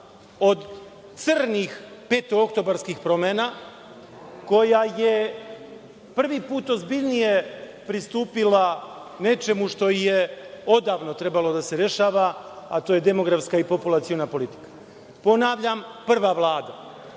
od crnih petooktobarskih promena koja je prvi put ozbiljnije pristupila nečemu što je odavno trebalo da se rešava, a to je demografska i populaciona politika. Ponavljam, prva